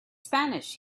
spanish